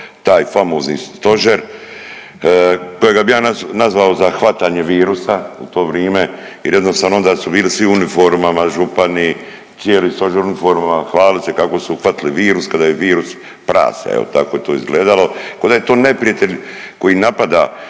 taj famozni stožer, kojega bi ja nazvao za hvatanje virusa u to vrime jer jednostavno onda su bili svi u uniformama, župani, cijeli stožer u uniformama hvalili se kako su uhvatili virus ka da je virus prase jel tako je to izgledalo, ko da je to neprijatelj koji napada